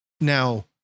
Now